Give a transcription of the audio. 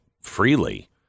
freely